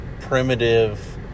primitive